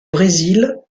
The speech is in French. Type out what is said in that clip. brésil